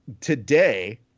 today